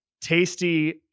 tasty